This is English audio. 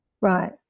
Right